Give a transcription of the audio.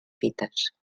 fites